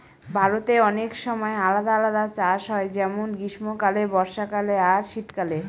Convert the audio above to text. ভারতে অনেক সময় আলাদা আলাদা চাষ হয় যেমন গ্রীস্মকালে, বর্ষাকালে আর শীত কালে